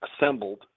assembled